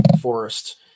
forest